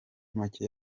make